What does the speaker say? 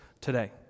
today